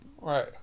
Right